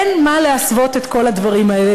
אין מה להסוות את כל הדברים האלה.